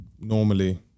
normally